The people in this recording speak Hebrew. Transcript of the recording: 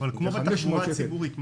500 שקל --- אבל כמו בתחבורה הציבורית,